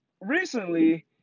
recently